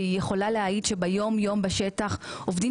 והיא יכולה להעיד שביום-יום בשטח עובדים